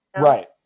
Right